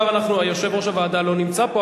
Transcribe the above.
יושב-ראש הוועדה לא נמצא פה,